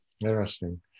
Interesting